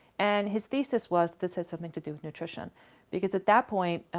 and his thesis was, this has something to do with nutrition because, at that point,